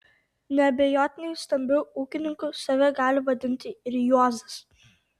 neabejotinai stambiu ūkininku save gali vadinti ir juozas